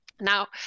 Now